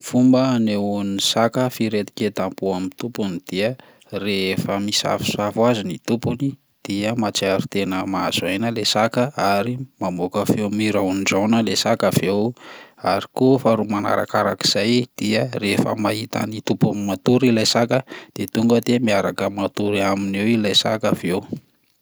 Ny fomba hanehoan'ny saka firaiketam-po amin'ny tompony dia rehefa misafosafo azy ny tompony dia mahatsiaro tena mahazo aina ilay saka ary mamoaka feo miraondraona lay saka avy eo ary koa faharoa manarakarak'izay dia rehefa mahita ny tompony matory ilay saka de tonga de miaraka matory aminy eo ilay saka avy eo.